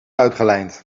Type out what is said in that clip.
uitgelijnd